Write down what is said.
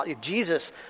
Jesus